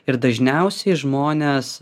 ir dažniausiai žmonės